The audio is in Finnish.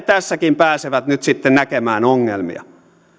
tässäkin pääsevät nyt sitten näkemään ongelmia